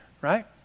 right